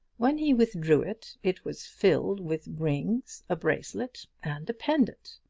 when he withdrew it it was filled with rings, a bracelet and a pendant.